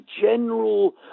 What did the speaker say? general